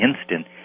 instant